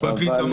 אני